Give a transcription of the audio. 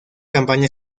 campaña